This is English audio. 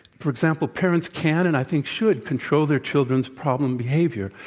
for example, parents can and i think, should control their children's problem behavior.